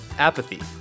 Apathy